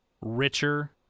richer